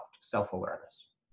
self-awareness